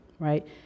right